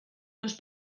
los